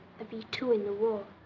a v two in the war.